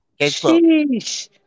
Sheesh